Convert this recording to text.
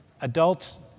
Adults